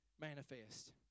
manifest